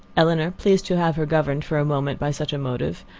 elinor, pleased to have her governed for a moment by such a motive,